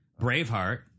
Braveheart